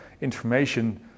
information